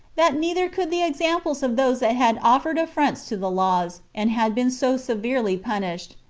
that neither could the examples of those that had offered affronts to the laws, and had been so severely punished,